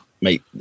mate